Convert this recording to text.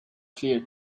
clear